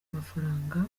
mafaranga